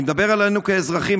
אני מדבר עלינו כאזרחים,